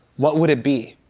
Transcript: what would it be?